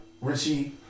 Richie